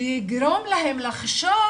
שזה יגרום להם לחשוב